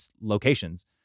locations